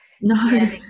no